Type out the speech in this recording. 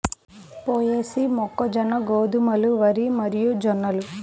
పొయేసీ, మొక్కజొన్న, గోధుమలు, వరి మరియుజొన్నలు